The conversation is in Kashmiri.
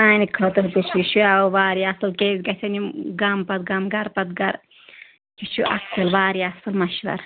سانہِ خٲطرٕ تہِ چھُ یہِ شو واریاہ اَصٕل کیٛازِ گژھن یِم گامہٕ پَتہٕ گامہٕ گَرٕ پَتہٕ گَرٕ یہِ چھُ اَصٕل واریاہ اَصٕل مَشوَر